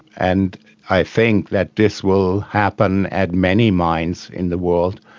and i think that this will happen at many mines in the world.